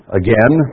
again